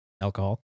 alcohol